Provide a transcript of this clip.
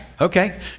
Okay